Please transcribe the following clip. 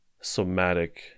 somatic